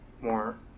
more